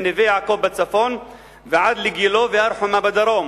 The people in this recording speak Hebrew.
מנווה-יעקב בצפון ועד לגילה והר-חומה בדרום.